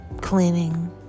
Cleaning